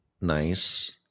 nice